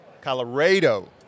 Colorado